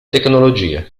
tecnologie